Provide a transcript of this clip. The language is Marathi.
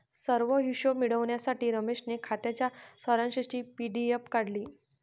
सर्व हिशोब मिळविण्यासाठी रमेशने खात्याच्या सारांशची पी.डी.एफ काढली